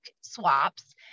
swaps